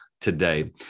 today